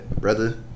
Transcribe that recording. brother